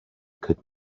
could